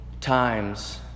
times